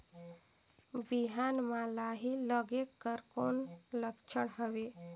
बिहान म लाही लगेक कर कौन लक्षण हवे?